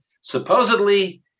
Supposedly